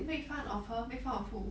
make fun of her make fun of who